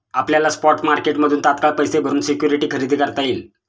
आपल्याला स्पॉट मार्केटमधून तात्काळ पैसे भरून सिक्युरिटी खरेदी करता येईल